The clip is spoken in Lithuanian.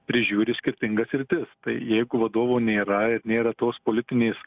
prižiūri skirtingas sritis tai jeigu vadovo nėra ir nėra tos politinės